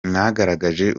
mwagaragaje